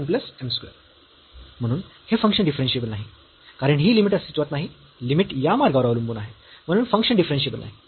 च्या दिशेने म्हणून हे फंक्शन डिफरन्शियेबल नाही कारण ही लिमिट अस्तित्वात नाही लिमिट या मार्गावर अवलंबून आहे म्हणून फंक्शन डिफरन्शियेबल नाही